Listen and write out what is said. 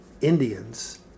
Indians